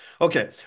Okay